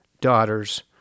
daughter's